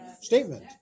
statement